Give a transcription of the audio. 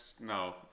no